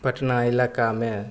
पटना इलाकामे